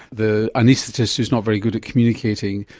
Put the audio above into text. the anaesthetist who is not very good at communicating,